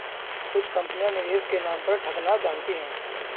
कुछ कंपनियां निवेश के नाम पर ठगना जानती हैं